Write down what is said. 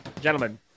Gentlemen